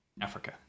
Africa